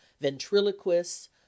ventriloquists